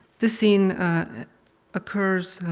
the scene occurs